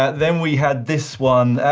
then we had this one.